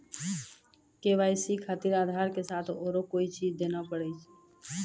KYC खातिर आधार के साथ औरों कोई चीज देना पड़ी?